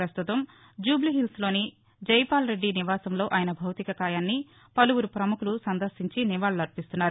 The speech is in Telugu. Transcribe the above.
పస్తుతం జూబ్లీ హిల్స్లోని జైపాల్రెడ్డి నివాసంలో ఆయన భౌతిక కాయాన్ని పలువురు పముఖులు సందర్శించి నివాళులర్పిస్తున్నారు